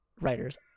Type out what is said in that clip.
Writers